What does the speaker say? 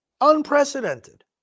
Unprecedented